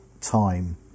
time